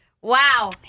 Wow